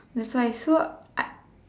that's why so I